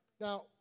Now